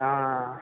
ആ